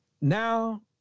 Now